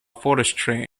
forestry